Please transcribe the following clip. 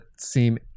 seem